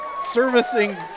servicing